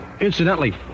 incidentally